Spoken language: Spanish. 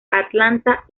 atlanta